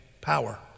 power